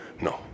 No